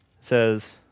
says